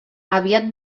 aviat